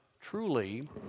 truly